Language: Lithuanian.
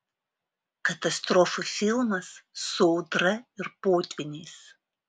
katastrofų filmas su audra ir potvyniais